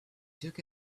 took